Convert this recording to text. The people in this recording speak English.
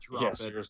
Yes